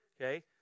okay